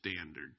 standard